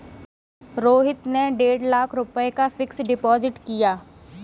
रोहित ने डेढ़ लाख रुपए का फ़िक्स्ड डिपॉज़िट किया